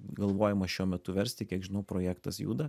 galvojama šiuo metu versti kiek žinau projektas juda